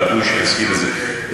ראוי שנזכיר את זה.